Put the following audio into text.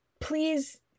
please